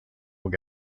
will